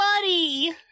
buddy